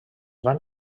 van